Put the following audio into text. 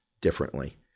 differently